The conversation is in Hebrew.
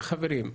חברים,